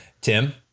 Tim